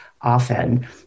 Often